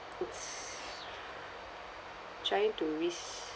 it's trying to resume